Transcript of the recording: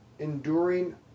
Enduring